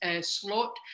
slot